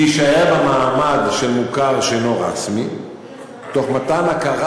להישאר במעמד של מוכר שאינו רשמי תוך מתן הכרה